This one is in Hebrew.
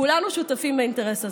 כולנו שותפים לאינטרס הזה.